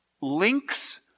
links